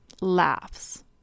Laughs